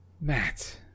Matt